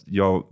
jag